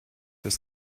fürs